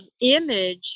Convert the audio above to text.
image